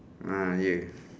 ah ya